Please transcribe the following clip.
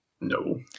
No